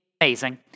amazing